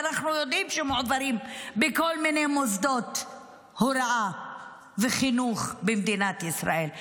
ואנחנו יודעים שמועבר בכל מיני מוסדות הוראה וחינוך במדינת ישראל.